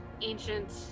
ancient